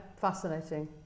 fascinating